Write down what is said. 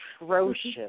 atrocious